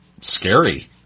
scary